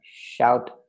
Shout